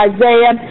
Isaiah